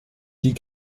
die